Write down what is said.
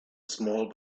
small